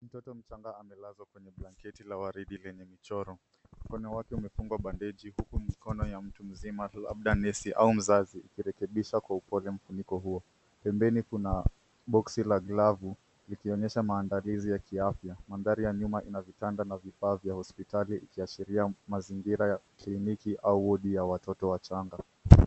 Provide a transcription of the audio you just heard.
Mtoto mchanga amelazwa kwenye blanketi la waridi lenye michoro. Mkono wake umefungwa bandeji huku mikono ya mtu mzima labda nesi au mzazi ikirekebisha kwa upole mfuniko huo. Pembeni kuna boksi la glavu, likionyesha maandalizi ya kiafya. Mandhari ya nyuma ina vitanda na vifaa vya hospitali ikiashiria mazingira ya kliniki au wodi ya watoto wachanga.